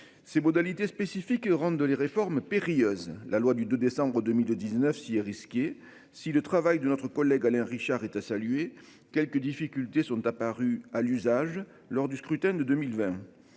Ces modalités spécifiques rendent les réformes périlleuse. La loi du 2 décembre 2019 est risqué. Si le travail de notre collègue Alain Richard est à saluer, quelques difficultés sont apparues à l'usage lors du scrutin de 2020.